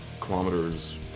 kilometers